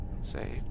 saved